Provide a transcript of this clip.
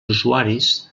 usuaris